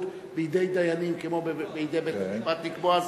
בידי דיינים כמו בידי בית-המשפט לקבוע,